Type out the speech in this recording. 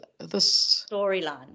storyline